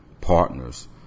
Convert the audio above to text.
partners